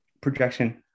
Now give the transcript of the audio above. projection